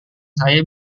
saya